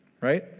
right